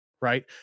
right